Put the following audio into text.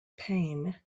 pain